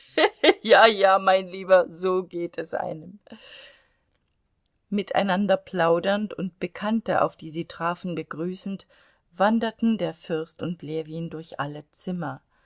ja ja mein lieber so geht es einem miteinander plaudernd und bekannte auf die sie trafen begrüßend wanderten der fürst und ljewin durch alle zimmer